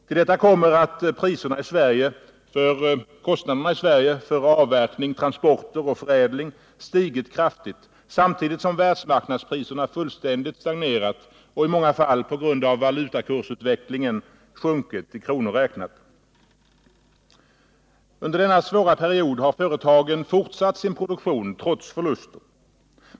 Till detta kommer att kostnaderna i Sverige för avverkning, transporter och förädling stigit kraftigt samtidigt som världsmarknadspriserna fullständigt stagnerat och i många fall, på grund av valutakursutvecklingen, sjunkit i kronor räknat. Under denna svåra period har företagen fortsatt sin produktion trots förluster.